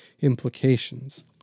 implications